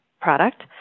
product